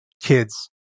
kids